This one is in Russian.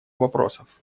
вопросов